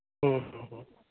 ᱦᱮᱸ ᱦᱮᱸ